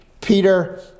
Peter